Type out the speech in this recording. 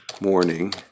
Morning